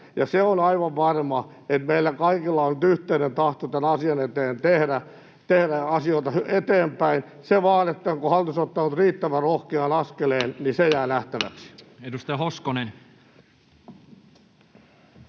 Ja se on aivan varma, että meillä kaikilla on nyt yhteinen tahto tämän asian eteen tehdä asioita eteenpäin. Se vain, onko hallitus ottanut nyt riittävän rohkean askeleen, jää nähtäväksi. [Speech